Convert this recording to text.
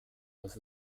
was